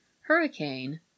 Hurricane